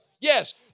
Yes